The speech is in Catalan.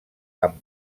amb